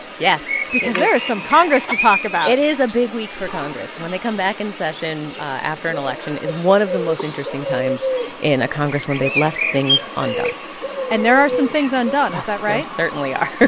because there is some congress to talk about it is a big week for congress. when they come back in session after an election is one of the most interesting times in a congress when they've left things undone and there are some things undone. is that right? there certainly are.